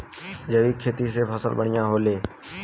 जैविक खेती से फसल बढ़िया होले